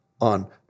on